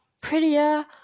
prettier